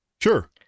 Sure